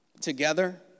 together